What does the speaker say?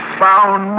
found